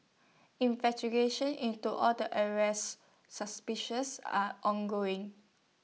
investigations into all the arrested suspicious are ongoing